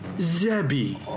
Zebby